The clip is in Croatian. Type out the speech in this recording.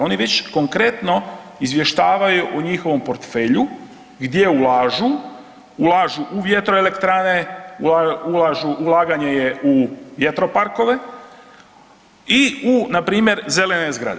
Oni već konkretno izvještavaju u njihovom portfelju gdje ulažu, ulažu u vjetroelektrane, ulažu u, ulaganje je u vjetroparkove i u npr. zelene zgrade.